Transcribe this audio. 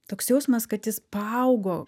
toks jausmas kad jis paaugo